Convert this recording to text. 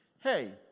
Hey